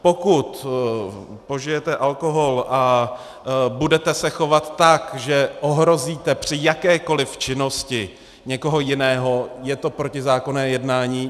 Pokud požijete alkohol a budete se chovat tak, že ohrozíte při jakékoli činnosti někoho jiného, je to protizákonné jednání.